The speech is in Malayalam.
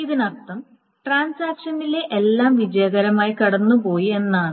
ഇതിനർത്ഥം ട്രാൻസാക്ഷനിലെ എല്ലാം വിജയകരമായി കടന്നുപോയി എന്നാണ്